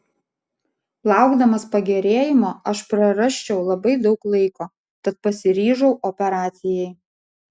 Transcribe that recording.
laukdamas pagerėjimo aš prarasčiau labai daug laiko tad pasiryžau operacijai